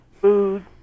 food